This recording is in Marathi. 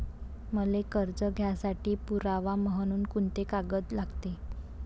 मले कर्ज घ्यासाठी पुरावा म्हनून कुंते कागद लागते?